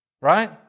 right